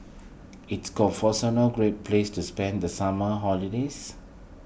is a great place to spend the summer holidays